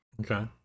Okay